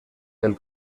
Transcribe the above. del